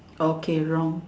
okay wrong